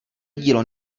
dílo